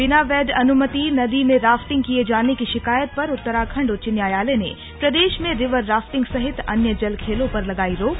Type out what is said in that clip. बिना वैध अनुमति नदी में राफ्टिंग किए जाने की शिकायत पर उत्तराखंड उच्च न्यायालय ने प्रदेश में रिवर राफ्टिंग सहित अन्य जल खेलों पर लगाई रोक